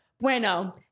Bueno